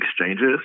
exchanges